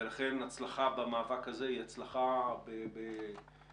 ולכן הצלחה במאבק הזה היא הצלחה בהקטנת